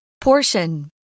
Portion